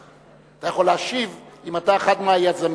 אתה יכול להשיב, אם אתה אחד מהיוזמים.